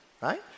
right